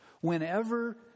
Whenever